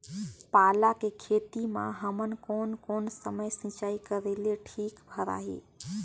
पाला के खेती मां हमन कोन कोन समय सिंचाई करेले ठीक भराही?